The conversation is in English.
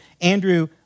Andrew